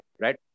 right